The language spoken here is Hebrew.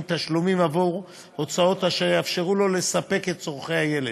תשלומים עבור הוצאות אשר יאפשרו לו לספק את צורכי הילד.